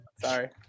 Sorry